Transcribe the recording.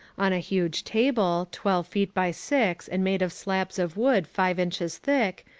on a huge table, twelve feet by six and made of slabs of wood five inches thick,